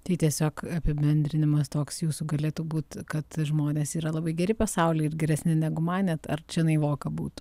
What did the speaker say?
tai tiesiog apibendrinimas toks jūsų galėtų būt kad žmonės yra labai geri pasaulyje ir geresni negu manėt ar čia naivoka būtų